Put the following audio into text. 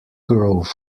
grove